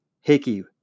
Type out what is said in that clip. Hickey